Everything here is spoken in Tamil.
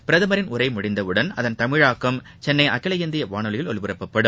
பிரதமரின் உரை முடிந்தவுடன் அதன் தமிழாக்கம் சென்னை அகில இந்திய வானொலியில் ஒலிபரப்பாகும்